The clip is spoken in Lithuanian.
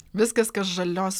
viskas kas žalios